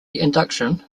induction